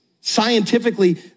Scientifically